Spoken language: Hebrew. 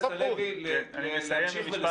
אני מבקש, חבר הכנסת הלוי, להמשיך ולסיים.